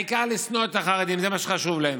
העיקר לשנוא את החרדים, זה מה שחשוב להם